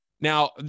now